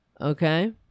okay